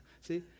See